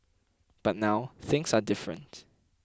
but now things are different